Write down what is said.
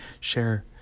share